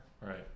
Right